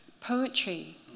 poetry